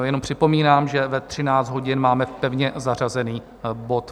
Jenom připomínám, že ve 13 hodin máme pevně zařazený bod.